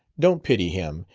don't pity him,